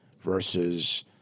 versus